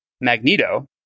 Magneto